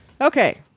Okay